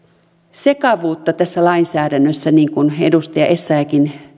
sekavuutta tässä lainsäädännössä niin kuin edustaja essayahkin